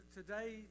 today